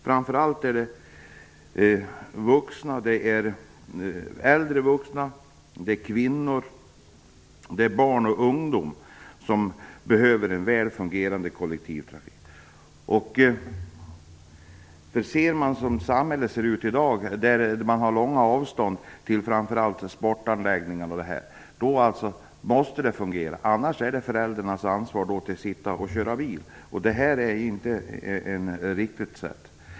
Framför allt äldre vuxna, kvinnor, barn och ungdomar behöver en väl fungerande kollektivtrafik. Som det ser ut i dag i samhället är det långa avstånd till exempelvis sportanläggningar. Därför måste kommunikationerna fungera, för annars ligger det på föräldrarnas ansvar att ta bilen. Det är inte riktigt.